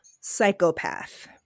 psychopath